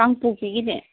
ꯀꯥꯡꯄꯣꯛꯄꯤꯒꯤꯅꯦ